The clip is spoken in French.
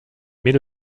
mais